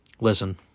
Listen